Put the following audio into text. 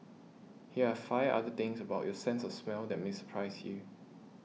here are five other things about your sense of smell that may surprise you